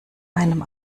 einem